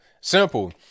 Simple